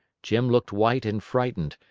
jim looked white and frightened,